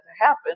happen